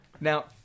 now